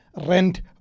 rent